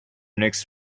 next